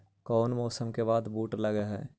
कोन मौसम के बाद बुट लग है?